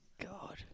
God